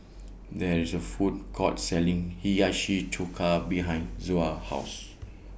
There IS A Food Court Selling Hiyashi Chuka behind Zoa's House